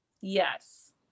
Yes